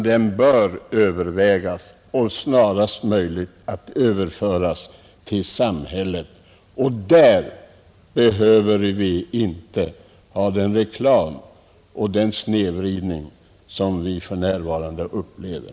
Denna bör så snart som möjligt överföras till samhället. Då skulle man inte längre behöva den reklam som leder till den snedvridning som vi för närvarande upplever.